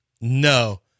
no